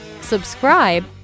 subscribe